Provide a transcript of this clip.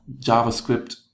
JavaScript